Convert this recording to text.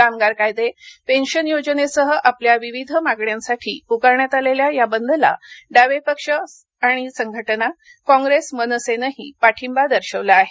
कामगार कायदे पेन्शन योजनेसह आपल्या विविध मागण्यांसाठी प्रकारण्यात आलेल्या या बंदला डावे पक्ष आणि संघटना काँप्रेस मनसेनेही पाठिंबा दर्शवला आहे